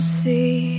see